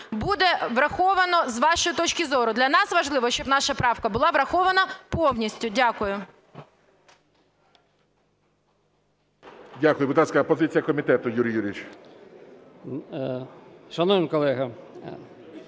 враховано з вашої точки зору? Для нас важливо, щоб наша правка була врахована повністю. Дякую.